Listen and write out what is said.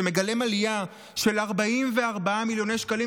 וזה מגלם עלייה של 44 מיליוני שקלים,